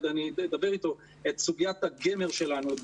את סוגיית הגמר שלנו,